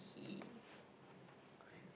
he